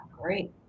great